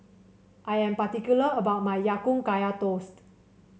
I am particular about my Ya Kun Kaya Toast